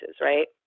right